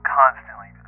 constantly